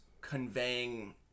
conveying